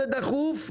זה דחוף,